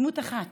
דמות אחת